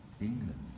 England